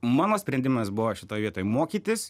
mano sprendimas buvo šitoj vietoj mokytis